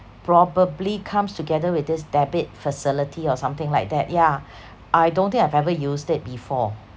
probably comes together with this debit facility or something like that yeah I don't think I've ever used it before